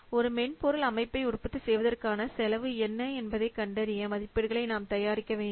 ஒரு மென்பொருள் அமைப்பை உற்பத்தி செய்வதற்கான செலவு என்ன என்பதை கண்டறிய மதிப்பீடுகளை நாம் தயாரிக்க வேண்டும்